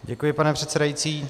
Děkuji, pane předsedající.